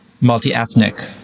multi-ethnic